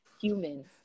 humans